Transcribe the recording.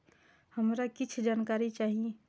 हमरा कीछ जानकारी चाही